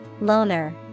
Loner